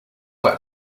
like